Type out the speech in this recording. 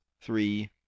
three